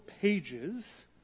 pages